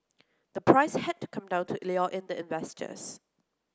the price had to come down to lure in the investors